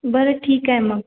बरं ठीक आहे मग